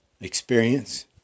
experience